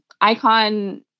Icon